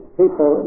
people